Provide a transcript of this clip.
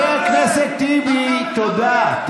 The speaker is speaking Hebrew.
חבר הכנסת טיבי, תודה.